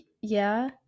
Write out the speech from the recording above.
Yeah